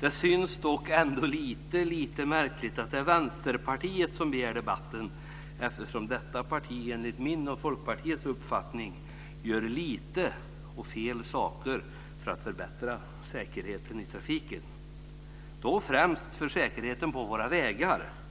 Det synes dock ändå lite märkligt att det är Vänsterpartiet som begär debatten, eftersom detta parti enligt min och Folkpartiets uppfattning gör lite och fel saker för att förbättra säkerheten i trafiken. Det gäller då främst säkerheten på våra vägar.